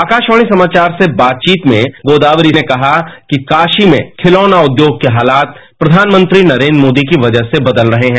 आकाशवाणी समाचार से बातचीत में गोदावरी ने कहा की काशी में खिलौना उद्योग के हालात प्रबानमंत्री नरेंद्र मोदी की वजह से बदल रहे हैं